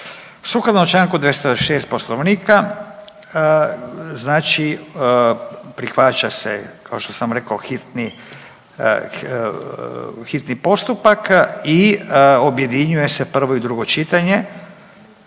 Sukladno članku 206. Poslovnika prihvaća se kao što sam rekao hitni postupak i objedinjuje se prvo i drugo čitanje,